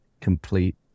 complete